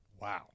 Wow